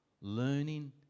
learning